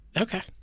Okay